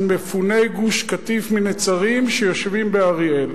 מפוני גוש-קטיף מנצרים שיושבים באריאל?